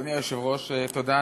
אדוני היושב-ראש, תודה.